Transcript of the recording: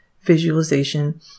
visualization